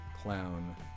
clown